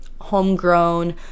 homegrown